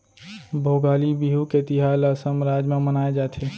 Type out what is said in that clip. भोगाली बिहू के तिहार ल असम राज म मनाए जाथे